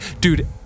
Dude